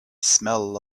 smell